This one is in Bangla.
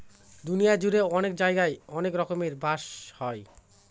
দুনিয়া জুড়ে অনেক জায়গায় অনেক রকমের বাঁশ হয়